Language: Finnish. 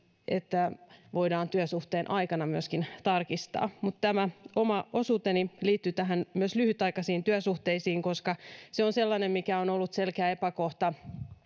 että voidaan myöskin työsuhteen aikana tarkistaa mutta tämä oma osuuteni liittyy myös lyhytaikaisiin työsuhteisiin koska se on sellainen asia mikä on ollut selkeä epäkohta